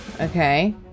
Okay